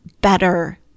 better